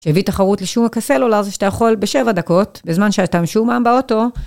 שהביא תחרות לשוק הסלולר זה שאתה יכול בשבע דקות בזמן שאתה משועמם באוטו